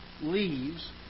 leaves